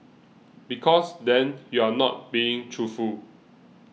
because then you're not being truthful